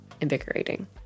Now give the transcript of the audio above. invigorating